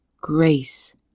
grace